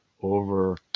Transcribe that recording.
over